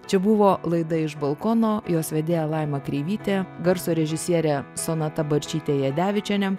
čia buvo laida iš balkono jos vedėja laima kreivytė garso režisierė sonata barčytė jadevičienė